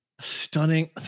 Stunning